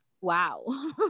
wow